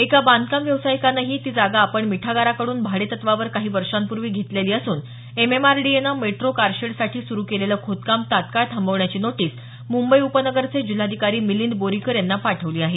एका बांधकाम व्यावसायिकानेही ती जागा आपण मिठागराकडून भाडे तत्त्वावर काही वर्षांपूर्वी घेतलेली असून एमएमआरडीएने मेट्रो कारशेडसाठी सुरू केलेलं खोदकाम तत्काळ थांबवण्याची नोटीस मुंबई उपनगरचे जिल्हाधिकारी मिलिंद बोरीकर यांना पाठवली आहे